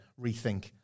rethink